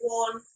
one